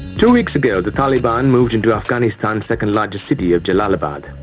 two weeks ago, the taliban moved into afghanistan's second largest city, of jellalabad.